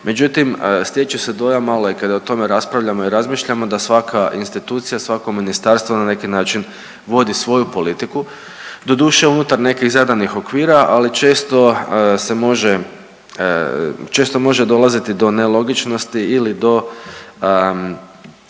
međutim, stječe se dojam malo i kada o tome raspravljamo i razmišljamo da svaka institucija, svako ministarstvo na neki način vodi svoju politiku doduše unutar nekih zadanih okvira, ali često se može, često može dolaziti do nelogičnosti ili do